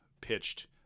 pitched